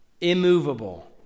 immovable